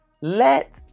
let